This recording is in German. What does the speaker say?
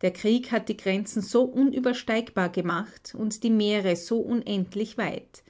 der krieg hat die grenzen so unübersteigbar gemacht und die meere so unendlich weit